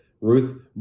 Ruth